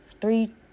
three